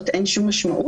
לגרסה הזאת אין שום משמעות?